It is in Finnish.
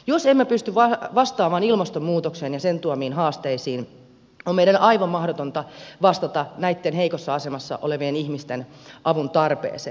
jos emme pysty vastaamaan ilmastonmuutokseen ja sen tuomiin haasteisiin on meidän aivan mahdotonta vastata näitten heikossa asemassa olevien ihmisten avuntarpeeseen